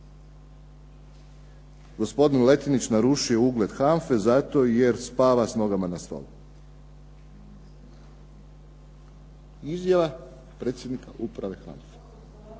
gospodin Letinić narušio ugled HANFA-e zato jer spava s nogama na stolu. Izjava predsjednika uprave HANFA-e,